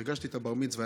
הרגשתי את הבר-מצווה,